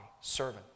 servant